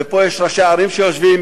ופה יש ראשי ערים שיושבים,